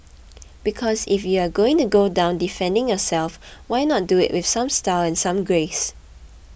because if you are going to go down defending yourself why not do it with some style and some grace